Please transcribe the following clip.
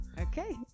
Okay